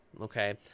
okay